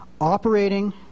operating